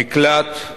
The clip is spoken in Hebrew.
המקלט,